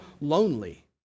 lonely